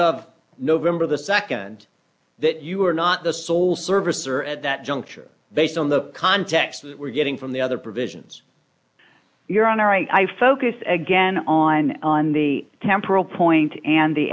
of november the nd that you were not the sole servicer at that juncture based on the context we're getting from the other provisions your honor i focused again on on the temporal point and the